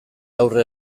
aurre